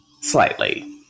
slightly